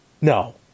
no